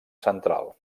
central